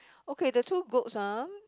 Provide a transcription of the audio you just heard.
okay the two goats ah